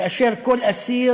כאשר כל אסיר